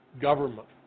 government